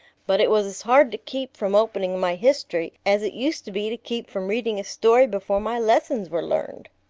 but it was as hard to keep from opening my history as it used to be to keep from reading a story before my lessons were learned.